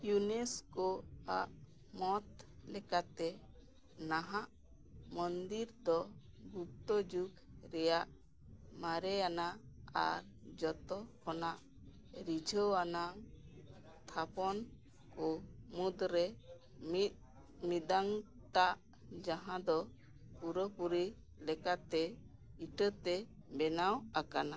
ᱤᱭᱩᱱᱮᱥᱠᱳᱣᱟᱜ ᱢᱚᱛ ᱞᱮᱠᱟᱛᱮ ᱱᱟᱦᱟᱜ ᱢᱚᱱᱫᱤᱨ ᱫᱚ ᱜᱩᱯᱛᱚ ᱡᱩᱜᱽ ᱨᱮᱱᱟᱜ ᱢᱟᱨᱮᱭᱟᱱᱟᱜ ᱟᱨ ᱡᱷᱚᱛᱚ ᱠᱷᱚᱱᱟᱜ ᱨᱤᱡᱷᱟᱹᱣᱟᱱ ᱛᱷᱟᱯᱚᱱ ᱠᱚ ᱢᱩᱫᱽᱨᱮ ᱢᱤᱫ ᱢᱤᱫᱴᱟᱝ ᱡᱟᱦᱟᱸ ᱫᱚ ᱯᱩᱨᱟᱹᱯᱩᱨᱤ ᱞᱮᱠᱟᱛᱮ ᱤᱴᱟᱹᱛᱮ ᱵᱮᱱᱟᱣ ᱟᱠᱟᱱᱟ